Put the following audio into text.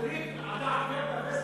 עוד דקה.